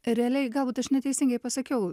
realiai galbūt aš neteisingai pasakiau